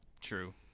true